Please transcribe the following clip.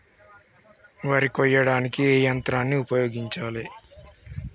వరి కొయ్యడానికి ఏ యంత్రాన్ని ఉపయోగించాలే?